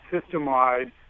system-wide